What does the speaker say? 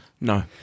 No